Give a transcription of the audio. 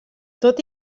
tot